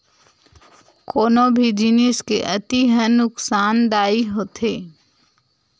कोनो भी जिनिस के अति ह नुकासानदायी होथे